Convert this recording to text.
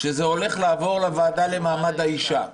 אל תעשו מזה